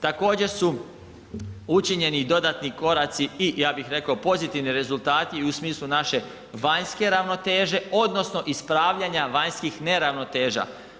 Također su učinjeni dodatni koraci i ja bih rekao pozitivni rezultati i u smislu naše vanjske ravnoteže odnosno ispravljanja vanjskih neravnoteža.